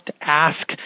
Ask